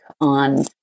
on